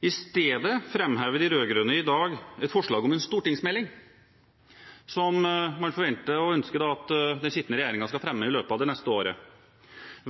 I stedet framhever de rød-grønne i dag et forslag om en stortingsmelding som man forventer og ønsker at den sittende regjeringen skal fremme i løpet av det neste året.